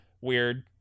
weird